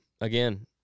again